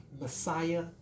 messiah